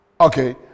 Okay